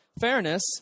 fairness